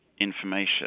information